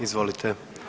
Izvolite.